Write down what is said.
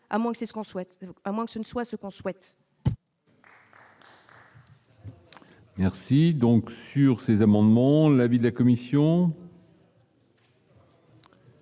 à moins que ce ne soit ce qu'on souhaite.